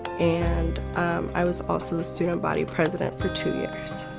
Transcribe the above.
and i was also the student body president for two years.